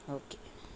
okay